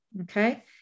okay